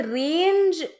range